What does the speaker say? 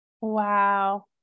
Wow